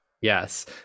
Yes